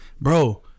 Bro